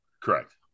Correct